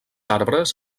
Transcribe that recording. arbres